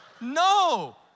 no